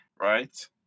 right